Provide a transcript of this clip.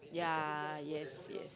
yeah yes yes